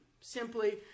simply